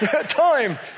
Time